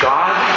God